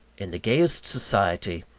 in the gayest society,